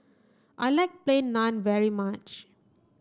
I like plain naan very much